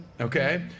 Okay